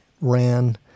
ran